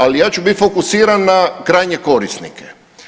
Ali ja ću biti fokusiran na krajnje korisnike.